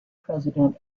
president